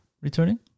returning